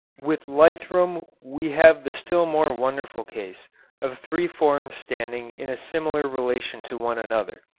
with lythrum we have the still more wonderful case of three forms standing in a similar relation to one another.